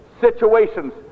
situations